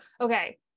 Okay